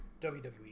WWE